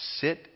sit